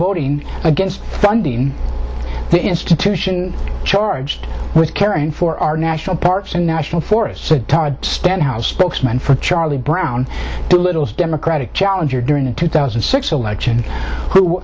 voting against funding the institution charged with caring for our national parks and national forests stenhouse spokesman for charlie brown the little democratic challenger during the two thousand and six election who